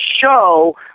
show